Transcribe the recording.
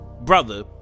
brother